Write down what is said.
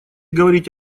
говорить